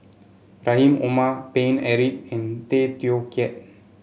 Rahim Omar Paine Eric and Tay Teow Kiat